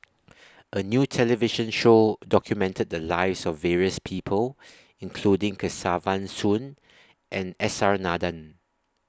A New television Show documented The Lives of various People including Kesavan Soon and S R Nathan